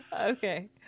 Okay